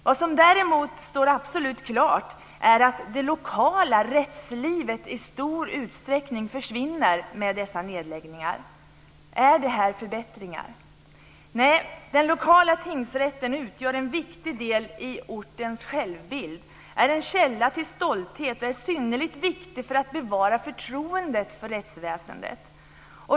Vad som däremot står absolut klart är att det lokala rättslivet i stor utsträckning försvinner med dessa nedläggningar. Är detta förbättringar? Nej, den lokala tingsrätten utgör en viktig del i ortens självbild, är en källa till stolthet och synnerligen viktig för att bevara förtroendet för rättsväsendet.